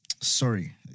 sorry